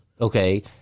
Okay